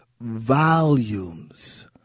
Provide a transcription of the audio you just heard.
volumes